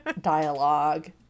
dialogue